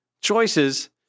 choices